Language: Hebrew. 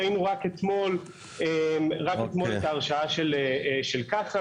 ראינו רק אתמול את ההרשעה של כחן.